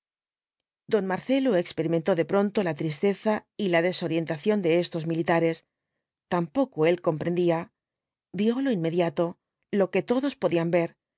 don marcelo experimentó de pronto la tristeza y la desorientación de estos militares tampoco él comprendía vio lo inmediato lo que todos podían ver